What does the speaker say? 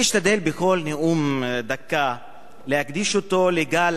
אני משתדל כל נאום של דקה להקדיש לגל